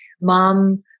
mom